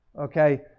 Okay